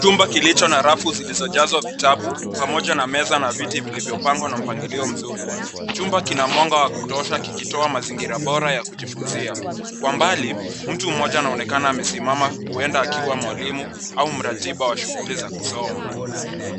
Jumbo kilicho na rafu zilizojaswa vitabu pamoja na meza na viti vilivyopangwa na mpangilio mzuri, jumba kina mwanga wa kutosha kikitoa mazingira bora wakujifunzia, kwa mbali mtu moja anaonekana amesimama uenda akiwa mwalimu au mratiba wa shughuli za kusoma.